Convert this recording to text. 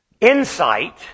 Insight